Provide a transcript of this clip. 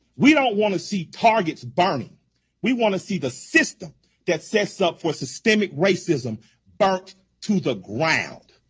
we don't want to see targets burning we want to see the system that sets up for systemic racism burnt to the ground.